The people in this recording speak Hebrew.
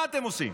מה אתם עושים?